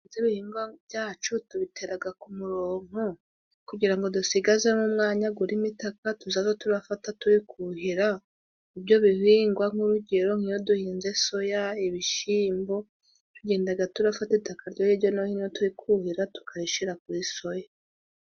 Ibyo bihingwa byacu tubitera ku murongo, kugira ngo dusigazemo umwanya urimo itaka, tuzajya dufata turi kuhira ibyo bihingwa, nk'urugero nk'iyo duhinze soya, ibishyimbo, tugenda dufata itaka ryo hirya no hino turi kuhira, tukarishyira kuri soya.